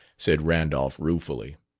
said randolph ruefully.